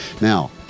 Now